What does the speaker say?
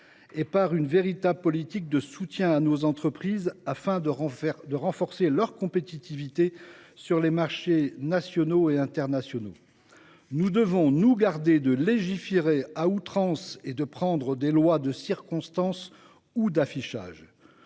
et par une véritable politique de soutien à nos entreprises, afin de renforcer leur compétitivité sur les marchés nationaux et internationaux. Nous devons nous garder de légiférer à outrance et de voter des lois de circonstance ou d’affichage.